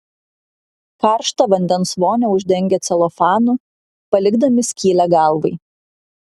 karštą vandens vonią uždengia celofanu palikdami skylę galvai